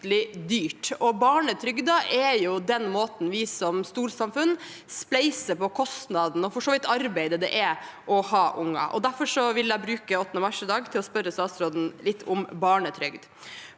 Barnetrygden er den måten vi som storsamfunn spleiser på kostnaden og for så vidt arbeidet det er å ha barn. Derfor vil jeg bruke spørretimen den 8. mars til å spørre statsråden litt om barnetrygd.